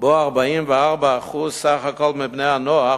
שבו 44%, סך הכול, מבני-הנוער